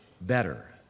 better